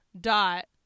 dot